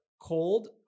cold